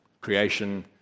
creation